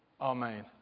Amen